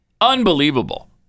Unbelievable